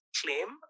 claim